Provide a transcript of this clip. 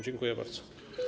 Dziękuję bardzo.